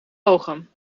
ogen